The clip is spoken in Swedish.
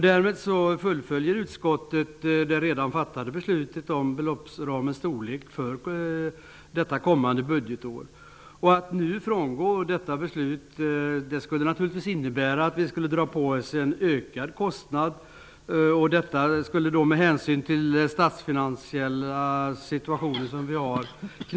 Därmed fullföljer utskottet det redan fattade beslutet om beloppsramens storlek för det kommande budgetåret. Att nu frångå detta beslut skulle naturligtvis innebära att vi skulle dra på oss ökade kostnader. Detta kan knappast anses tillrådligt med hänsyn till den statsfinasiella situation som vi har.